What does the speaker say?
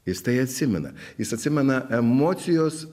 jis tai atsimena jis atsimena emocijos